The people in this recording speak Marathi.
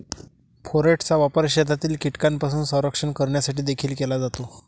फोरेटचा वापर शेतातील कीटकांपासून संरक्षण करण्यासाठी देखील केला जातो